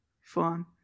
fun